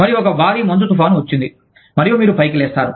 మరియు ఒక భారీ మంచు తుఫాను వచ్చింది మరియు మీరు పైకి లేస్తారు